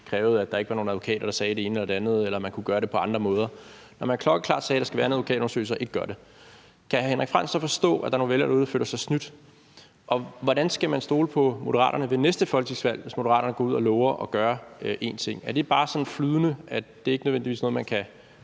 krævede, at der ikke var nogen advokater, der sagde det ene eller det andet, eller at man kunne gøre det på andre måder, altså at man klokkeklart sagde, at der skal være en advokatundersøgelse, og man ikke gør det? Kan hr. Henrik Frandsen så forstå, at der er nogle vælgere derude, der føler sig snydt? Og hvordan skal man kunne stole på Moderaterne ved næste folketingsvalg, hvis Moderaterne går ud og lover at gøre en ting? Er det bare sådan flydende, at det ikke nødvendigvis er noget, man kan